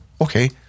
okay